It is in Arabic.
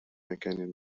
مكان